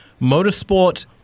motorsport